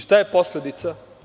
Šta je posledica?